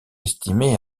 estimé